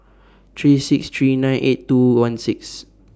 three six three nine eight two one six